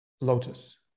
Lotus